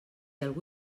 algú